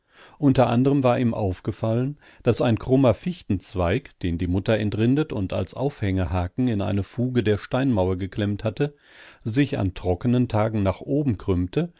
unter anderem war ihm aufgefallen daß ein krummer fichtenzweig den die mutter entrindet und als aufhängehaken in eine fuge der steinmauer geklemmt hatte sich an trockenen tagen nach oben krümmte